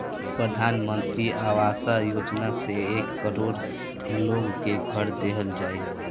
प्रधान मंत्री आवास योजना से एक करोड़ लोग के घर देहल जाई